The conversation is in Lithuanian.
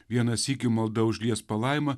vieną sykį malda užlies palaima